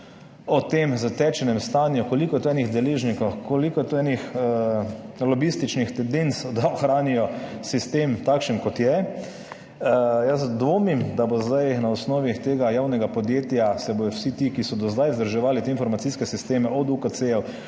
o tem zatečenem stanju, koliko je enih deležnikov, koliko je enih lobističnih tendenc, da ohranijo sistem takšen kot je. Jaz dvomim, da se bodo vsi zdaj na osnovi tega javnega podjetja, vsi ti, ki so do zdaj vzdrževali te informacijske sisteme, od UKC